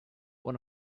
one